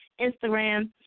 Instagram